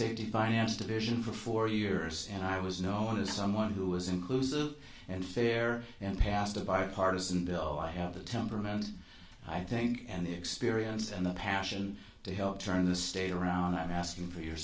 safety finance division for four years and i was known as someone who was inclusive and fair and passed a bipartisan bill i have the temperament i think and the experience and the passion to help turn the state around i'm asking for your